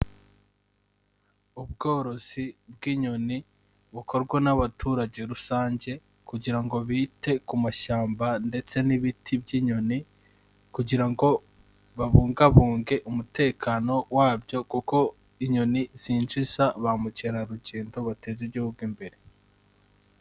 Ubworozi bw'inyoni bukorwa n'abaturage rusange kugira ngo bite ku mashyamba ndetse n'ibiti by'inyoni, kugira ngo babungabunge umutekano wabyo kuko inyoni zinjiza ba mukerarugendo bateza igihugu imbere.